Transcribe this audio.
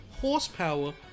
horsepower